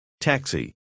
Taxi